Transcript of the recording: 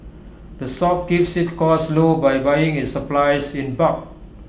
the shop keeps its costs low by buying its supplies in bulk